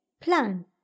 plan